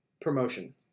promotion